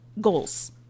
Goals